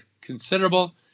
considerable